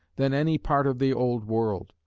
than any part of the old world.